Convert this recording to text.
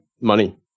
money